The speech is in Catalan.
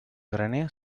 graner